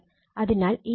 അതിനാൽ ഈ ആംഗിൾ ∅0 ആണ്